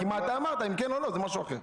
רק אם אתה אמרת, אם כן או לא, זה משהו אחר.